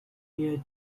near